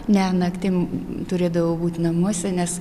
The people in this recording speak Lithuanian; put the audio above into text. ne naktim turėdavau būt namuose nes